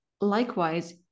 Likewise